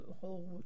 whole